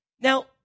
Now